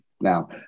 now